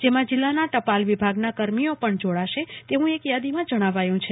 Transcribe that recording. જેમાં જીલ્લાના ટપાલ વિભાગના કર્મીઓ પણ જોડાશે તેવી એક યાદીમાં જજ્જાવાયું છે